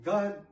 God